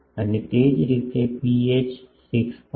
અને તે જ રીતે ρh 6